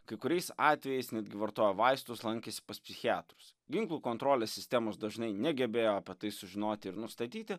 kai kuriais atvejais netgi vartojo vaistus lankėsi pas psichiatrus ginklų kontrolės sistemos dažnai negebėjo apie tai sužinoti ir nustatyti